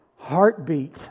heartbeat